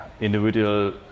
individual